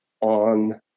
on